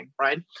right